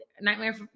Nightmare